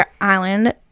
island